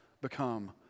become